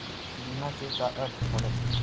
बीमा के का अर्थ हवय?